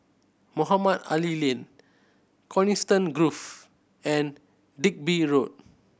Mohamed Ali Lane Coniston Grove and Digby Road